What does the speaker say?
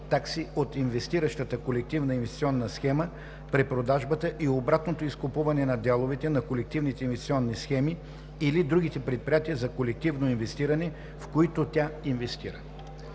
„такси от инвестиращата колективна инвестиционна схема при продажбата и обратното изкупуване на дяловете на колективните инвестиционни схеми или другите предприятия за колективно инвестиране, в които тя инвестира“.“